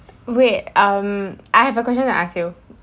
wait um I have a question to ask you